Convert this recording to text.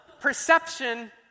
perception